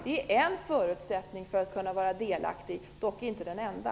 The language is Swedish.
Det är en förutsättning för att man skall kunna vara delaktig, dock inte den enda.